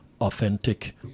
authentic